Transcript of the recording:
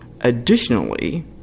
Additionally